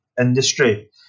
industry